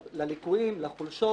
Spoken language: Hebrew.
לליקויים, לחולשות